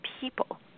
people